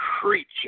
creature